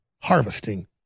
harvesting